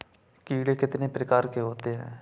कीड़े कितने प्रकार के होते हैं?